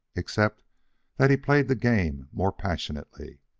except that he played the game more passionately.